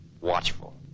watchful